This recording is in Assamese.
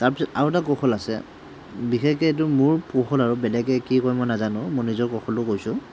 তাৰপিছত আৰু এটা কৌশল আছে বিশেষকৈ এইটো মোৰ কৌশল আৰু বেলেগে কি কয় মই নাজানোঁ মোৰ নিজৰ কৌশলটো কৈছোঁ